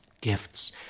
gifts